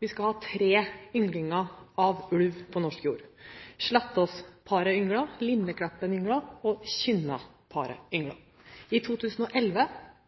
vi skal ha tre ynglinger av ulv på norsk jord – Slettås-paret ynglet, Linnekleppen-paret ynglet og